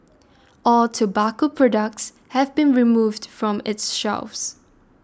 all tobacco products have been removed from its shelves